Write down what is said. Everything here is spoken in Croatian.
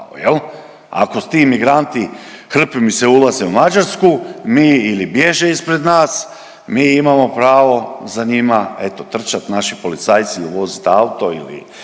ako ti migranti hrpimice ulaze u Mađarsku, mi, ili bježe ispred nas, mi imamo pravo za njima eto trčat, naši policajci ili vozit auto ili